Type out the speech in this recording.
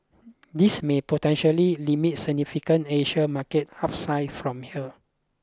this may potentially limit significant Asian market upside from here